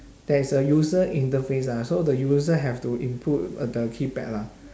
there's a user interface ah so the user have to input uh the keypad lah